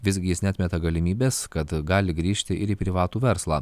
visgi jis neatmeta galimybės kad gali grįžti ir į privatų verslą